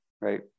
Right